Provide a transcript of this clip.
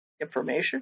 information